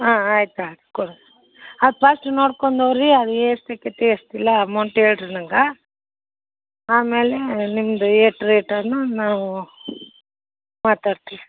ಹಾಂ ಆಯ್ತು ಅದ ಕೋ ಅದು ಫಸ್ಟ್ ನೋಡ್ಕೊಂಡು ಹೋಗಿ ರೀ ಅದು ಎಷ್ಟು ಸಿಕ್ಯಾತಿ ಎಷ್ಟು ಇಲ್ಲ ಅಮೌಂಟ್ ಹೇಳ್ರಿ ನಂಗೆ ಆಮೇಲೆ ನಿಮ್ದು ಎಟ್ ರೇಟನ ನಾವು ಮಾತಾಡ್ತೀವಿ